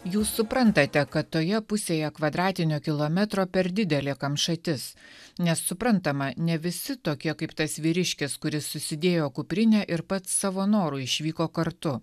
jūs suprantate kad toje pusėje kvadratinio kilometro per didelė kamšatis nes suprantama ne visi tokie kaip tas vyriškis kuris susidėjo kuprinę ir pats savo noru išvyko kartu